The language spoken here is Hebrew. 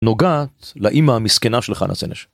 נוגעת לאימא המסכנה של חנה סנש.